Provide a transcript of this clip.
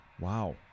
Wow